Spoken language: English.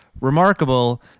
remarkable